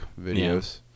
videos